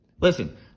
Listen